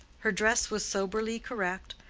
her dress was soberly correct,